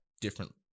different